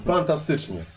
Fantastycznie